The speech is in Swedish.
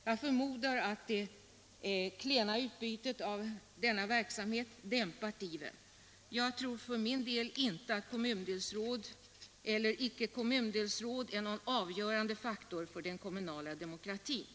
Jag förmodar att det klena utbytet av sådan verk 55 samhet dämpat ivern. Jag tror för min del inte att frågan om kommundelsråd är någon avgörande faktor för den kommunala demokratin.